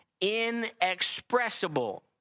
inexpressible